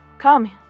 Come